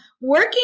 working